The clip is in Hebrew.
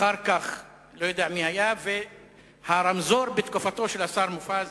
אחר כך אני לא יודע מי היה, ובתקופתו של השר מופז